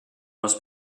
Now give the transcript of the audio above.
was